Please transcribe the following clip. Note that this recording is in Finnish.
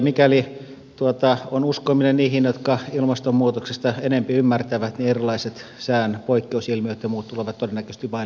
mikäli on uskominen niihin jotka ilmastonmuutoksesta enempi ymmärtävät niin erilaiset sään poikkeusilmiöt ja muut tulevat todennäköisesti vain lisääntymään